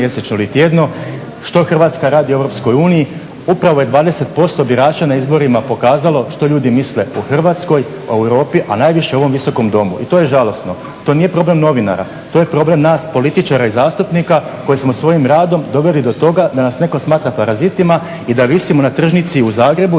mjesečno ili tjedno, što Hrvatska radi u EU. Upravo je 20% birača na izborima pokazalo što ljudi misle o Hrvatskoj, o Europi, a najviše o ovom Visokom domu i to ja žalosno. To nije problem novinara. To je problem nas političara i zastupnika koji smo svojim radom doveli do toga da nas netko smatra parazitima i da visimo na tržnici u Zagrebu